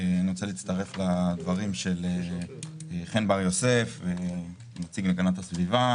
אני רוצה להצטרף לדברי חן בר יוסף ולדברי הנציג להגנת הסביבה.